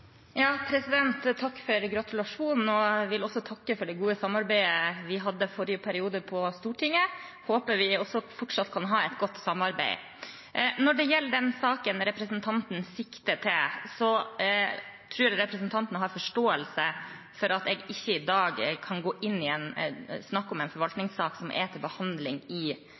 for gratulasjonen, og jeg vil også takke for det gode samarbeidet vi hadde forrige periode på Stortinget. Jeg håper vi fortsatt kan ha et godt samarbeid. Når det gjelder den saken som representanten sikter til, tror jeg representanten har forståelse for at jeg ikke i dag kan snakke om en forvaltningssak som er til behandling i